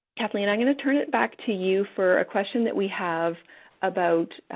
kathleen, i'm going to turn it back to you for a question that we have about